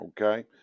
Okay